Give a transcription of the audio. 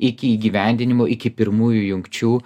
iki įgyvendinimo iki pirmųjų jungčių